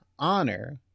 Honor